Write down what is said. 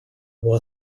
его